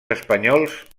espanyols